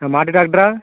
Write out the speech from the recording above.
மாட்டு டாக்டரா